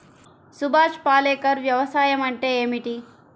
సుభాష్ పాలేకర్ వ్యవసాయం అంటే ఏమిటీ?